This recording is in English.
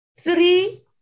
Three